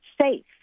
safe